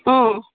ಹ್ಞೂ